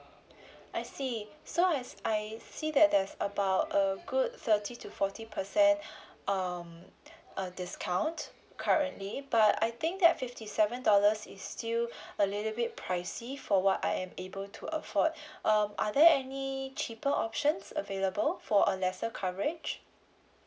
I see so as I see that there's about a good thirty to forty percent um uh discount currently but I think that fifty seven dollars is still a little bit pricey for what I am able to afford um are there any cheaper options available for a lesser coverage